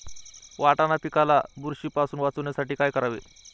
वाटाणा पिकाला बुरशीपासून वाचवण्यासाठी काय करावे?